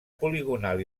poligonal